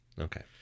okay